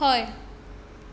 हय